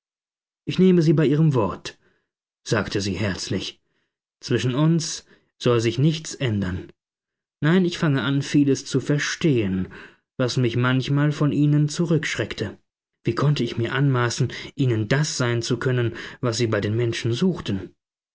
ich nehme sie bei ihrem wort sagte sie herzlich zwischen uns soll sich nichts ändern nein ich fange an vieles zu verstehen was mich manchmal von ihnen zurückschreckte wie konnte ich mir anmaßen ihnen das sein zu können was sie bei den menschen suchten